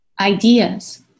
ideas